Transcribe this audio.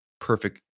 perfect